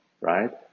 right